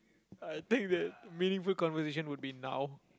I think that meaningful conversation would be now